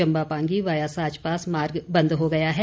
Chamba Pangi via Sach pass मार्ग बंद हो गया है